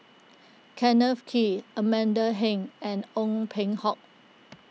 Kenneth Kee Amanda Heng and Ong Peng Hock